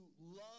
love